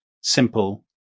simple